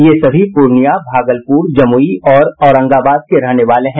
ये सभी पूर्णियां भागलपुर जमुई और औरंगाबाद के रहने वाले हैं